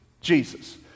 Jesus